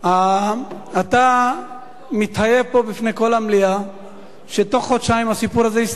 אתה מתחייב פה בפני כל המליאה שבתוך חודשיים הסיפור הזה יסתיים,